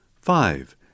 Five